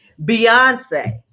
Beyonce